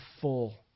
full